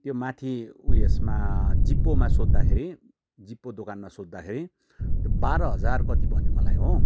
त्यो माथि उयेसमा जिप्पोमा सोद्दाखेरि जिप्पो दोकानमा सोद्दाखेरि त्यो बाह्र हजार कति भन्यो मलाई हो